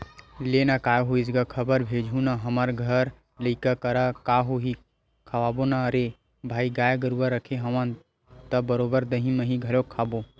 लेना काय होइस गा खबर भेजहूँ ना हमर घर लइका करा का होही खवाबो ना रे भई गाय गरुवा रखे हवन त बरोबर दहीं मही घलोक खवाबो